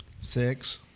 six